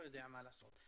לא יודע מה לעשות.